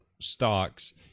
stocks